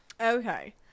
okay